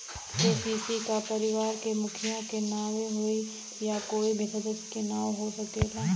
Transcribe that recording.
KCC का परिवार के मुखिया के नावे होई या कोई भी सदस्य के नाव से हो सकेला?